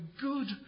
good